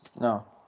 No